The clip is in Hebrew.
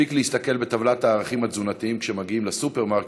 מספיק להסתכל בטבלת הערכים התזונתיים כשמגיעים לסופרמרקט,